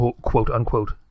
quote-unquote